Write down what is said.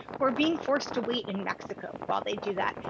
who are being forced to wait in mexico while they do that.